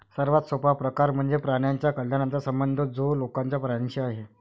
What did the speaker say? सर्वात सोपा प्रकार म्हणजे प्राण्यांच्या कल्याणाचा संबंध जो लोकांचा प्राण्यांशी आहे